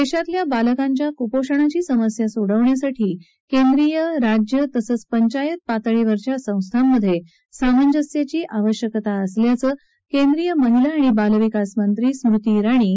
देशातल्या बालकांच्या कुपोषणाची समस्या सोडवण्यासाठी केंद्रीय राज्य तसंच पंचायत पातळीवरच्या संस्थांमधे सामंजस्याची आवश्यकता असल्याचं केंद्रीय महिला आणि बालविकास मंत्री स्मृती जिणी यांनी आज सांगितलं